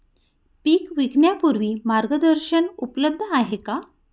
पीक विकण्यापूर्वी मार्गदर्शन उपलब्ध आहे का?